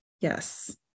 Yes